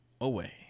Away